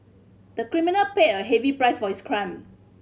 the criminal paid a heavy price for his crime